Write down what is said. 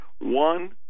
One